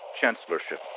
Chancellorship